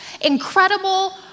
incredible